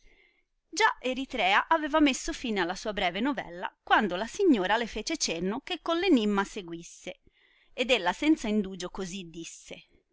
già eritrea aveva messo fine alla sua breve novella quando la signora le fece cenno che con enimma seguisse ed ella senza indugio così disse